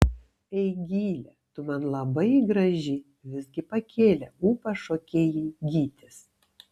eigile tu man labai graži visgi pakėlė ūpą šokėjai gytis